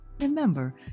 Remember